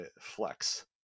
flex